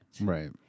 Right